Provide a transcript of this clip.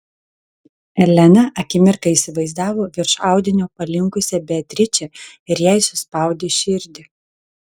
elena akimirką įsivaizdavo virš audinio palinkusią beatričę ir jai suspaudė širdį